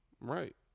Right